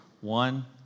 One